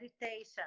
meditation